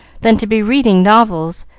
than to be reading novels,